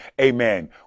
amen